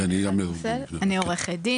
אני עורכת דין,